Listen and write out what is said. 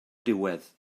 diwedd